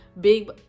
big